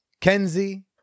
Kenzie